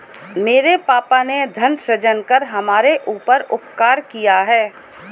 मेरे पापा ने धन सृजन कर हमारे ऊपर उपकार किया है